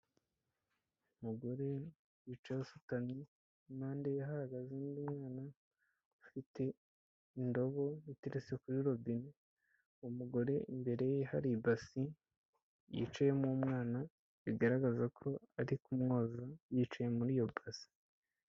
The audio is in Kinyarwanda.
Umugore wicaye usutamye impande ye hahagaze undi mwana ufite indobo ziteretse kuri robine. Umugore imbere ye hari ibasi yicayemo umwana, bigaragaza ko ari kumwoza yicaye muri iyo basi.